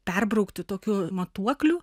perbraukti tokių matuokliu